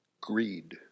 greed